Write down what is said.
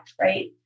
right